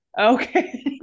Okay